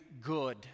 good